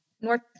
North